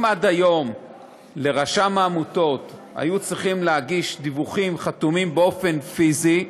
אם עד היום לרשם העמותות היו צריכים להגיש דיווחים חתומים באופן פיזי,